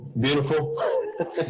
Beautiful